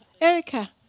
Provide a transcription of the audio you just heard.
Erica